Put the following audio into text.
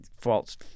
false